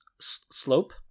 slope